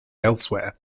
elsewhere